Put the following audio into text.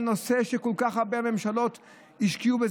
לנושא שכל כך הרבה ממשלות השקיעו בו,